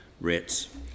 rates